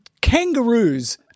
kangaroos